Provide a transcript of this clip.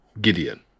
Gideon